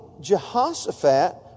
Jehoshaphat